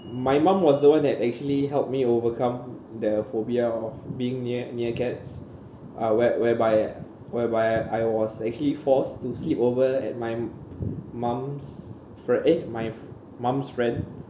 my mom was the one that actually helped me overcome the phobia of being near near cats uh where whereby whereby I was actually forced to sleep over at my mom's for eh my mom's friend